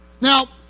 Now